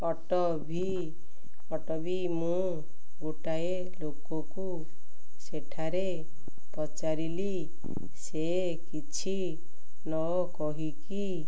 auto ବି auto ବି ମୁଁ ଗୋଟାଏ ଲୋକକୁ ସେଠାରେ ପଚାରିଲି ସେ କିଛି ନ କହିକି